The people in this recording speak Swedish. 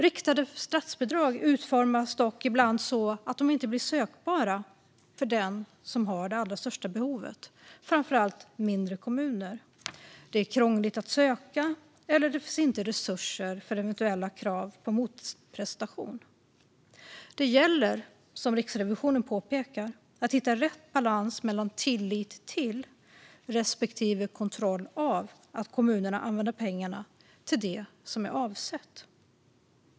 Riktade statsbidrag utformas dock ibland så att de inte blir sökbara för den som har det allra största behovet. Det gäller framför allt mindre kommuner. Det är krångligt att söka eller så finns det inte resurser för motprestation vid eventuella sådana krav. Det gäller, som Riksrevisionen påpekar, att hitta rätt balans mellan tillit till respektive kontroll av att kommunerna använder pengarna till det som är avsett.